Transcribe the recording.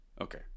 Okay